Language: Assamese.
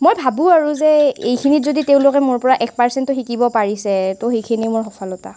মই ভাবোঁ আৰু এইখিনিত যদি তেওঁলোকে মোৰ পৰা এক পাৰ্চেণ্টো শিকিব পাৰিছে তো সেইখিনি মোৰ সফলতা